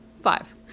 Five